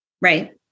right